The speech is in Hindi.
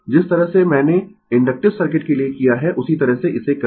जिस तरह से मैंने इन्डक्टिव सर्किट के लिए किया है उसी तरह से इसे करें